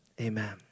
amen